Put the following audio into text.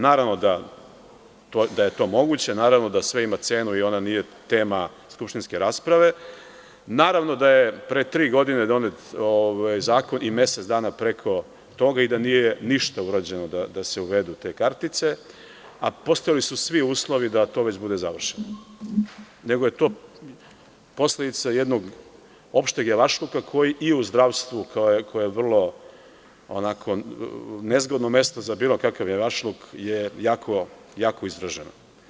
Naravno da je to moguće, naravno da sve ima cenu i ona nije tema skupštinske rasprave, naravno da je pre tri godine donete zakon i mesec dana preko toga i da nije ništa urađeno da se uvedu te kartice, a postajali su svi uslovi da to već bude završeno nego je to posledica jednog opšteg javašluka koji i u zdravstvu, koje je vrlo onako nezgodno mesto za bilo kakav javašluk, je jako izraženo.